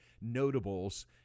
notables